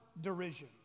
derision